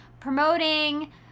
promoting